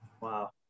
Wow